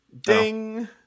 ding